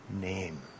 name